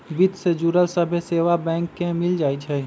वित्त से जुड़ल सभ्भे सेवा बैंक में मिल जाई छई